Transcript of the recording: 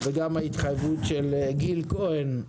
וגם ההתחייבות של גיל כהן,